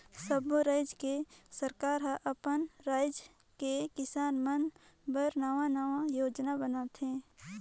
सब्बो रायज के सरकार हर अपन राज के किसान मन बर नांवा नांवा योजना बनाथे